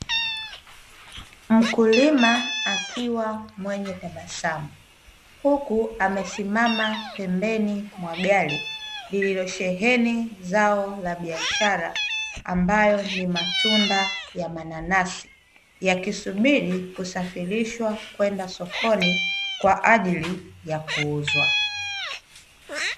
Mkulima akiwa mwenye tabasamu huku amesimama pembeni mwa gari lililosheheni zao la biashara ambayo ni matunda ya mananasi, yakisubiri kusafirishwa kwenda sokoni kwa ajili ya kuuzwa.